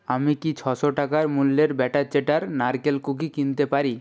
আমি কি ছশো টাকার মূল্যের ব্যাটার চ্যাটার নারকেল কুকি কিনতে পারি